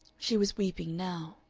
she was weeping now.